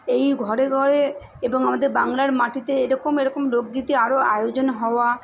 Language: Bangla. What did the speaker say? এই ঘরে ঘরে এবং আমাদের বাংলার মাটিতে এরকম এরকম লোকগীতি আরো আয়োজন হওয়া